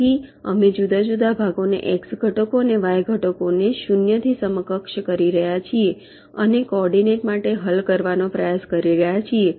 તેથી અમે જુદા જુદા ભાગોના એક્સ ઘટકો અને વાય ઘટકોને 0 થી સમકક્ષ કરી રહ્યા છીએ અને કોઓર્ડીનેટ માટે હલ કરવાનો પ્રયાસ કરી રહ્યા છીએ